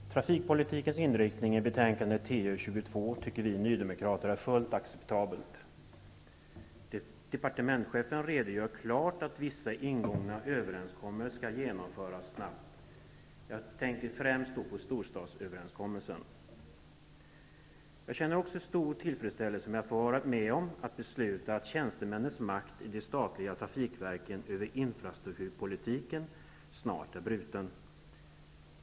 Herr talman! Vi nydemokrater tycker att den inriktning för trafikpolitiken som anges i betänkandet TU22 är fullt acceptabel. Departementschefen redogör klart för att vissa ingångna överenskommelser skall uppfyllas snabbt. Jag tänker då främst på storstadsöverenskommelsen. Jag känner också stor tillfredsställelse över att ha fått vara med om att besluta att tjänstemännens i de statliga trafikverken makt över infrastrukturpolitiken snart är bruten.